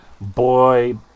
Boy